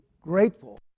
grateful